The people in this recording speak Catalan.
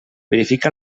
verifica